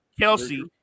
Kelsey